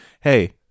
hey